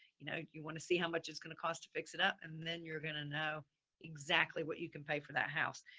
you know? you want to see how much it's going to cost to fix it up and then you're going to know exactly what you can pay for that house.